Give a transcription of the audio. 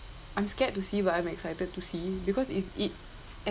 I'm scared to see but I'm excited to see because is it